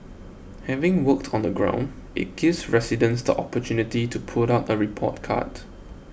having worked on the ground it gives residents the opportunity to put out a report card